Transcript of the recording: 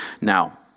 Now